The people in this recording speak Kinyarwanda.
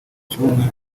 cy’ubumwe